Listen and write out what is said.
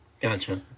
Gotcha